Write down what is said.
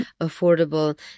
affordable